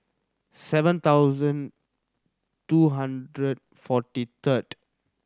seven thousand two hundred forty third